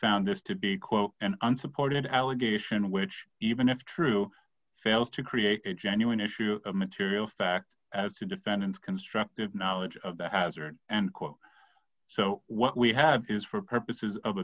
found this to be quote an unsupported allegation which even if true fails to create a genuine issue of material fact as to defendant constructed knowledge of the hazard and co so what we have is for purposes of